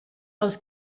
aus